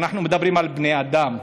ואנחנו מדברים על בני אדם.